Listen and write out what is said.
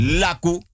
laku